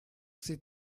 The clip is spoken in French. ces